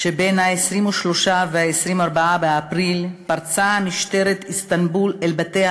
שבין ה-23 וה-24 באפריל פרצה משטרת איסטנבול אל בתי